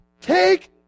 take